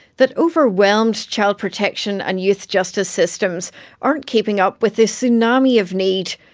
that overwhelmed child protection and youth justice systems aren't keeping up with the tsunami of need.